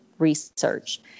research